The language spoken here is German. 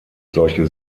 solche